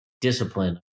discipline